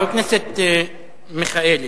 חבר הכנסת מיכאלי.